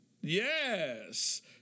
Yes